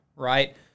Right